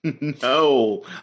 No